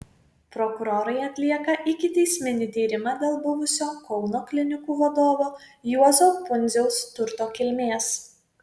prokurorai atlieka ikiteisminį tyrimą dėl buvusio kauno klinikų vadovo juozo pundziaus turto kilmės